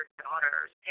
daughters